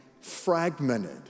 fragmented